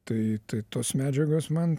tai tos medžiagos man